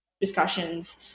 discussions